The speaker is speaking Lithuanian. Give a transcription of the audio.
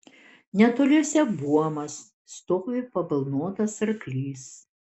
netoliese buomas stovi pabalnotas arklys